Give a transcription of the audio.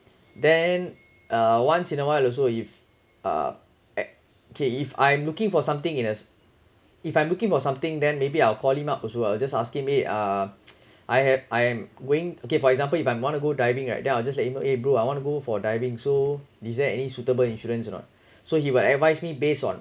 then uh once in a while also if uh at okay if I'm looking for something in as if I'm looking for something then maybe I'll call him up also I'll just asking eh uh I have I am going okay for example if I'm want to go diving right then I will just let him know eh bro I want to go for diving so these are any suitable insurance or not so he will advise me based on